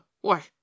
Why